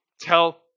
tell